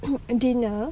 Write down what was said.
dinner